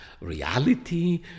reality